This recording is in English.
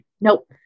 Nope